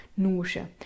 Nusche